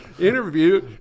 interview